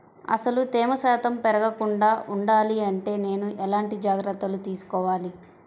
అసలు తేమ శాతం పెరగకుండా వుండాలి అంటే నేను ఎలాంటి జాగ్రత్తలు తీసుకోవాలి?